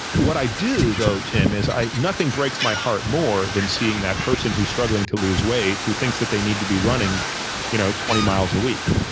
what i do though, tim, is nothing breaks my heart more than seeing that person who's struggling to lose weight who thinks that they need to be running you know twenty miles a week.